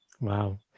wow